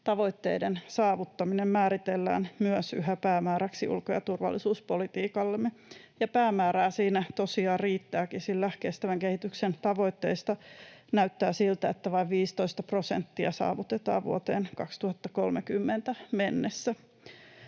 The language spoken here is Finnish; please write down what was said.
-tavoitteiden saavuttaminen määritellään myös yhä päämääräksi ulko- ja turvallisuuspolitiikallemme, ja päämäärää siinä tosiaan riittääkin, sillä näyttää siltä, että vain viisitoista prosenttia kestävän kehityksen tavoitteista saavutetaan vuoteen 2030 mennessä.